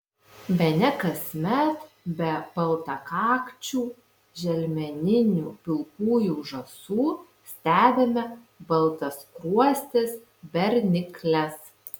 bene kasmet be baltakakčių želmeninių pilkųjų žąsų stebime baltaskruostes bernikles